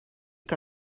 que